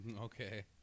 Okay